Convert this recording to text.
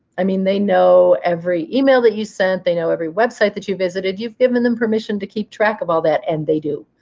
i mean, they know every email that you sent. they know every website that you visited. you've given them permission to keep track of all that. and they do.